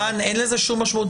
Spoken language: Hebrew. אן, אין לזה שום משמעות.